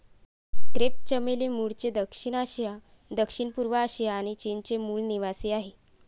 crepe चमेली मूळचे दक्षिण आशिया, दक्षिणपूर्व आशिया आणि चीनचे मूल निवासीआहे